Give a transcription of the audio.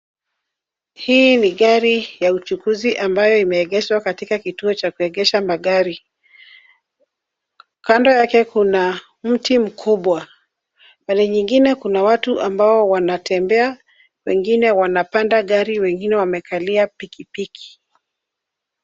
Hii ni gari ya uchukuzi ambayo imeegeshwa katika kituo cha kuegesha magari. Kando yake kuna mti mkubwa. Pande nyingine kuna watu ambao wanatembea, wengine wanapanda gari, wengine wamekalia pikipiki.